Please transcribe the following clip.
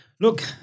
look